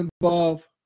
involved